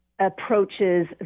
approaches